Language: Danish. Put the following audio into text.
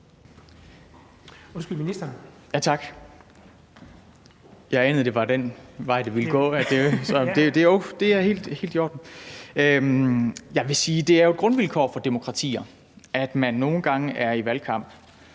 er det jo et grundvilkår for demokratier, at man nogle gange er i valgkamp.